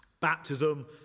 Baptism